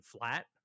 flat